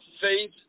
faith